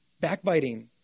backbiting